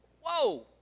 Whoa